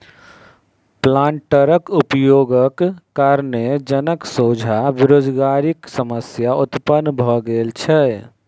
प्लांटरक उपयोगक कारणेँ जनक सोझा बेरोजगारीक समस्या उत्पन्न भ गेल छै